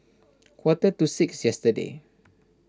quarter to six yesterday